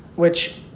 which